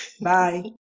Bye